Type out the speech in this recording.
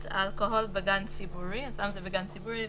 אלכוהול בגן ציבורי אצלם זה בגן ציבורי,